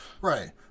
Right